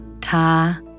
Ta